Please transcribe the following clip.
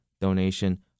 donation